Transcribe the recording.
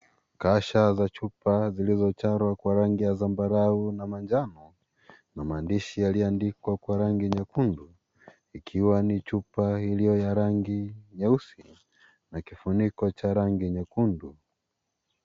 Kasha za chupa zilizo chorwa kwa rangi ya zambarao na manjano na maandishi yalioandikwa kwa rangi nyekundu ikiwa ni chupa iliyo ya rangi nyeusi na kifuniko cha rangi nyekundu.